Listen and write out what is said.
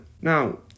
Now